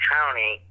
County